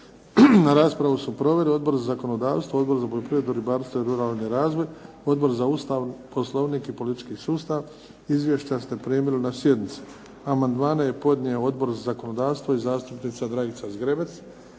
Raspravu su proveli Odbor za zakonodavstvo, Odbor za poljoprivredu, ribarstvo i ruralni razvoj, Odbor za Ustav, poslovnik i politički sustav. Izvješća ste primili na sjednici. Amandmane je podnio Odbor za zakonodavstvo i zastupnica Dragica Zgrebec.